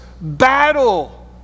battle